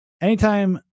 anytime